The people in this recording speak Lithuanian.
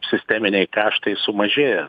sisteminiai kaštai sumažėja